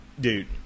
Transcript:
dude